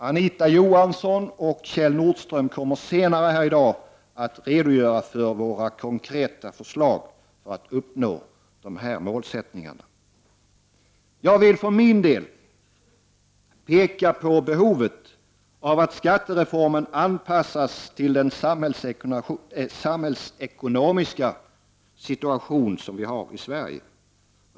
Anita Johansson och Kjell Nordström kommer senare i dag att redogöra för våra konkreta förslag för att uppnå dessa målsättningar. Jag vill för min del peka på behovet av att skattereformen anpassas till den samhällsekonomiska situation som vi har i Sverige.